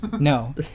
No